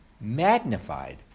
magnified